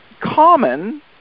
common